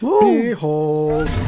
Behold